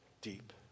deep